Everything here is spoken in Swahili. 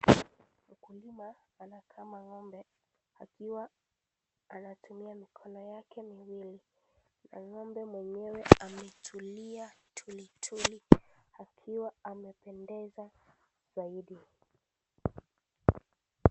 Mkulima anakama ng'ombe akiwa anatumia mikono yake miwili na ng'ombe mwenyewe ametulia tuli tuli, akiwa amependeza zaidi.